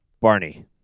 Barney